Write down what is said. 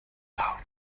town